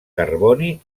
carboni